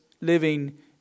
living